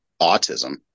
autism